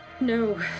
no